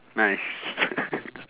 nice